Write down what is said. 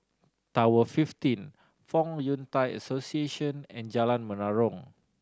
Tower fifteen Fong Yun Thai Association and Jalan Menarong